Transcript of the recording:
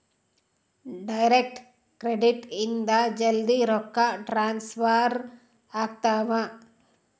direct credit ಇಂದ ಜಲ್ದೀ ರೊಕ್ಕ ಟ್ರಾನ್ಸ್ಫರ್ ಆಗ್ತಾವ